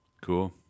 Cool